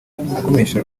agomesha